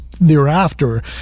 thereafter